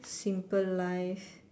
simple life